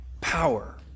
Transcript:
power